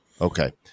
Okay